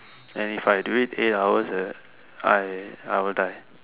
and if I do it eight hours I I will die